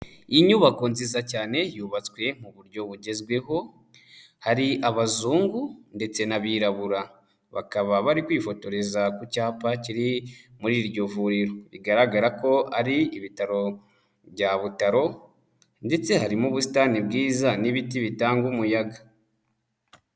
Inyubako nziza cyane yubatswe mu buryo bugezweho, hari abazungu ndetse n'abirabura bakaba bari kwifotoreza ku cyapa kiri muri iryo vuriro, bigaragara ko ari ibitaro bya Butaro ndetse harimo ubusitani bwiza n'ibiti bitanga umuyaga.